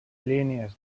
línies